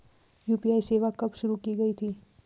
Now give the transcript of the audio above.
UPI सेवा कब शुरू की गई थी?